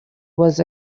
was